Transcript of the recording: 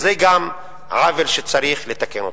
אז זה גם עוול שצריך לתקן אותו.